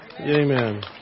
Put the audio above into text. Amen